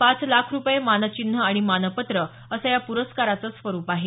पाच लाख रुपये मानचिन्ह आणि मानपत्र असं या प्रस्काराचं स्वरुप आहे